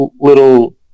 Little